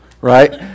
right